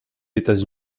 états